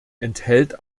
enthält